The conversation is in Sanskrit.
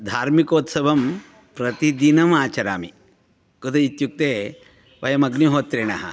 धार्मिकोत्सवं प्रतिदिनम् आचरामि कदा इत्युक्ते वयं अग्निहोत्रिणः